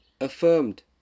affirmed